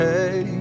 Hey